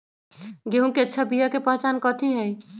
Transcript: गेंहू के अच्छा बिया के पहचान कथि हई?